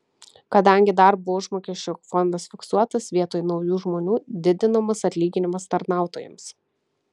kadangi darbo užmokesčio fondas fiksuotas vietoj naujų žmonių didinamas atlyginimas tarnautojams